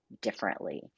differently